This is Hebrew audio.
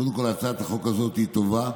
קודם כול, הצעת החוק הזאת היא טובה,